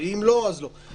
ואם לא אז לא.